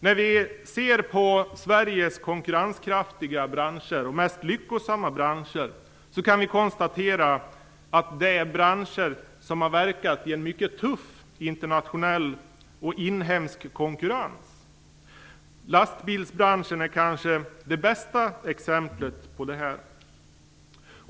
När vi ser på Sveriges konkurrenskraftiga och mest lyckosamma branscher kan vi konstatera att dessa har verkat i en mycket tuff internationell och inhemsk konkurrens. Lastbilsbranschen är kanske det bästa exemplet på detta.